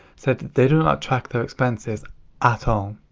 said that they do not track their expenses at all.